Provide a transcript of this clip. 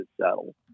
settle